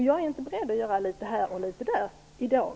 Jag är inte beredd att ta litet här och litet där i dag.